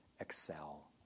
excel